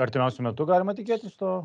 artimiausiu metu galima tikėtis to